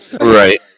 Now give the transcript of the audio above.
Right